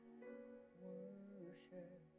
worship